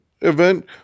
event